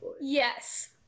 Yes